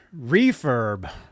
Refurb